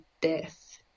death